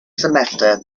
semester